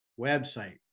website